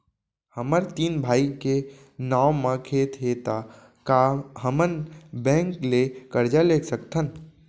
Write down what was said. हमर तीन भाई के नाव म खेत हे त का हमन बैंक ले करजा ले सकथन?